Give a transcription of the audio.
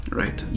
right